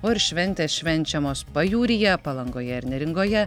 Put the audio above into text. o ir šventės švenčiamos pajūryje palangoje ir neringoje